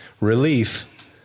relief